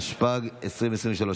התשפ"ג 2023,